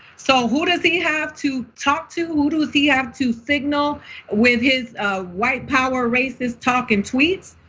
so who does he have to talk to? who does he have to signal with his white power, racist talking tweets,